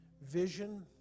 vision